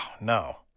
no